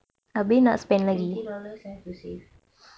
I think I want to save